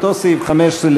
אותו סעיף 15,